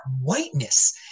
whiteness